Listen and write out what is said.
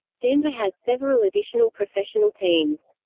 denver has several additional professional teams.